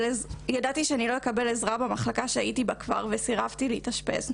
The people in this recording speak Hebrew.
ידעתי שאני לא אקבל עזרה במחלקה שהייתי בה כבר וסירבתי להתאשפז,